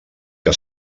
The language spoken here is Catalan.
que